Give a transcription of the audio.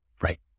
right